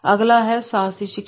अगला है साहसी शिक्षा